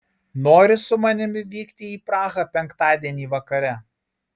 nori su manimi vykti į prahą penktadienį vakare